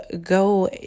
go